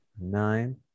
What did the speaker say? Nine